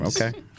Okay